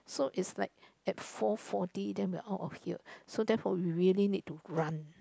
so is like at four forty then we are out of here so therefore we really need to run